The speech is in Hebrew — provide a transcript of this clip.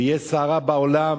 ויש סערה בעולם